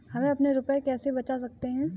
हम अपने रुपये कैसे बचा सकते हैं?